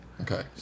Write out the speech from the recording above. Okay